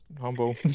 humble